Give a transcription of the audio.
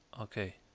okay